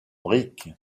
briques